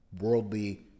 worldly